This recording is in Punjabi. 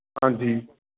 ਹਾਂਜੀ